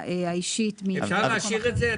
האישית ממקום --- אפשר להשאיר את זה?